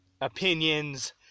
opinions